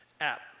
app